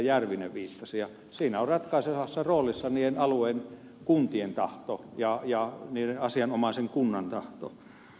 järvinen viittasi ja siinä ovat ratkaisevassa roolissa niiden alueiden kuntien tahto ja asianomaisen kunnan tahto